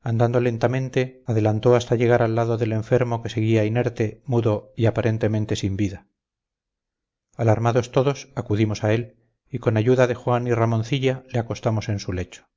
andando lentamente adelantó hasta llegar al lado del enfermo que seguía inerte mudo y aparentemente sin vida alarmados todos acudimos a él y con ayuda de juan y ramoncilla le acostamos en su lecho